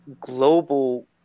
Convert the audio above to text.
global